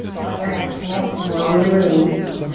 on your exhale slowly release.